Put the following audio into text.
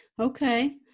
okay